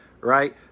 right